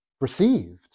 received